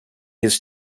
his